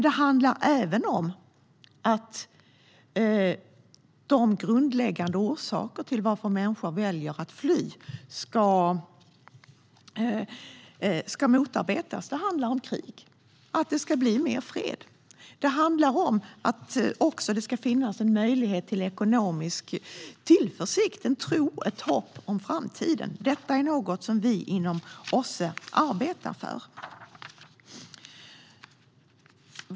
Det handlar även om att de grundläggande orsakerna till att människor väljer att fly ska motarbetas. Det handlar om krig och om att det ska bli mer fred. Det handlar om att det ska finnas möjlighet till ekonomisk tillförsikt och tro och hopp inför framtiden. Detta är något som vi inom OSSE arbetar för.